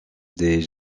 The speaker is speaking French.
des